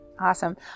awesome